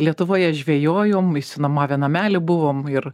lietuvoje žvejojom išsinuomavę namelį buvom ir